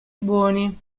buoni